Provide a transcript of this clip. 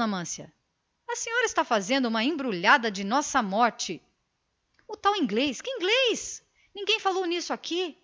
amância a senhora está fazendo uma embrulhada da nossa morte o tal inglês que inglês ninguém aqui falou em ingleses nem franceses